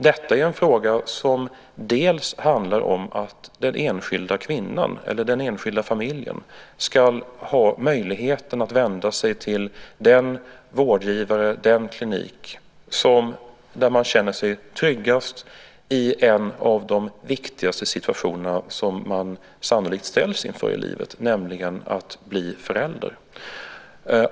Detta är en fråga som å ena sidan handlar om att den enskilda kvinnan, eller den enskilda familjen, ska ha möjligheten att vända sig till den vårdgivare, den klinik, där man känner sig tryggast i en av de viktigaste situationer som man sannolikt ställs inför i livet, nämligen att bli förälder.